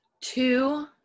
two